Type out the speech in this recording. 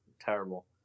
terrible